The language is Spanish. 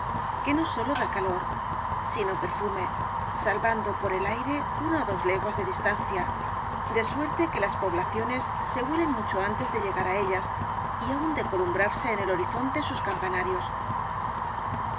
que no sólo da calor sino perfume salvando por el aire una ó dos leguas de distancia de suerte que las poblaciones se huelen mucho antes de llegar á ellas y aun de columbrarse en el horizonte sus campanarios